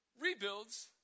rebuilds